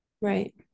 right